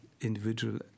individual